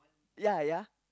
ya ya